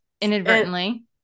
inadvertently